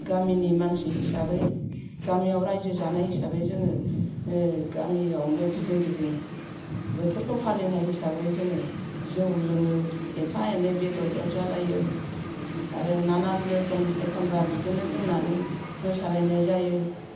गामिनि मानसि हिसाबै गामियाव राज्यो जानाय हिसाबै जोङो गामियावनो गिदिं गिदिं बोथोरखौ फालिनाय हिसाबै जोङो जौ लोङो एफा एनै बेदर एवजालायो आरो नानान रोखोम एखम्बा बिदिनो लोंनानै मोसालायनाय जायो